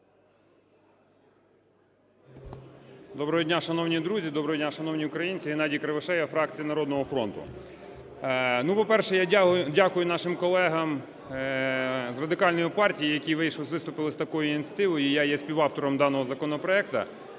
Доброго дня, шановні друзі! Доброго дня, шановні українці! Геннадій Кривошея, фракція "Народного фронту". Ну, по-перше, я дякую нашим колегам з Радикальної партії, які виступили з такою ініціативою і я є співавтором даного законопроекту.